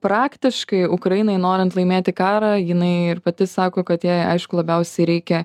praktiškai ukrainai norint laimėti karą jinai ir pati sako kad jai aišku labiausiai reikia